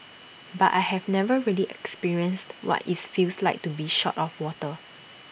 but I have never really experienced what IT feels like to be short of water